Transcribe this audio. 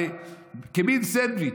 זה כמין סנדוויץ'.